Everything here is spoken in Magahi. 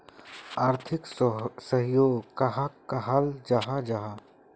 आर्थिक सहयोग कहाक कहाल जाहा जाहा?